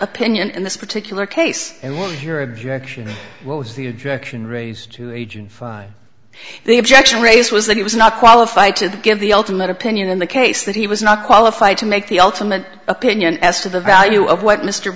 opinion in this particular case and what your objection was the objection raised to age and the objection raised was that he was not qualified to give the ultimate opinion in the case that he was not qualified to make the ultimate opinion as to the value of what mr